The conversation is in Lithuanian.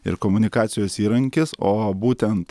ir komunikacijos įrankis o būtent